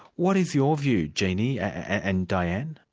what is your view, jeannie and dianne?